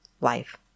life